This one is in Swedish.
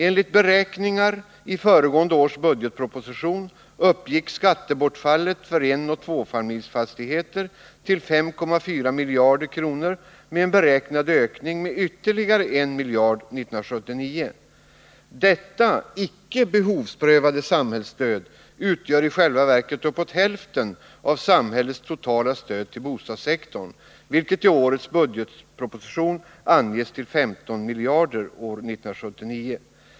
Enligt beräkningar i föregående års budgetproposition uppgick skattebortfallet för enoch tvåfamiljsfastigheter till 5,4 miljarder kronor med en beräknad ökning med ytterligare 1 miljard 1979. Detta icke behovsprövade samhällsstöd utgör i själva verket uppåt hälften av samhällets totala stöd till bostadssektorn, vilket i årets budgetproposition anges till 15 miljarder år 1979.